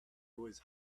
was